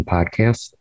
Podcast